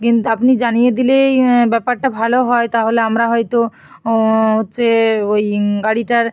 আপনি জানিয়ে দিলেই ব্যাপারটা ভালো হয় তাহলে আমরা হয়তো হচ্ছে ওই গাড়িটার